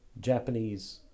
Japanese